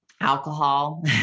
alcohol